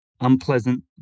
unpleasant